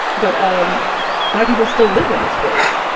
but um black people still live in this place.